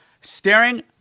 staring